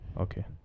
Okay